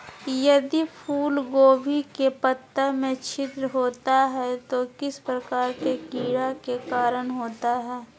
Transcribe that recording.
यदि फूलगोभी के पत्ता में छिद्र होता है तो किस प्रकार के कीड़ा के कारण होता है?